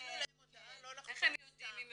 הוצאנו להם הודעה לא לחתום סתם.